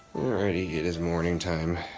it is morning time.